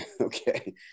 Okay